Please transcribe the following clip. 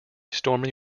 stormy